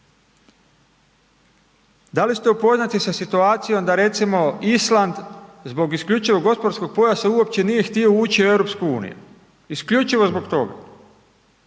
Da li ste upoznati sa situacijom da recimo Island zbog isključivog gospodarskog pojasa uopće nije htio ući u EU, isključivo zbog toga.